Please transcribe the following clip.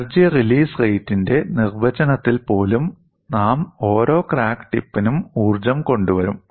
energy release റേറ്റിന്റെ നിർവചനത്തിൽ പോലും നാം ഓരോ ക്രാക്ക് ടിപ്പിനും ഊർജ്ജം കൊണ്ടുവരും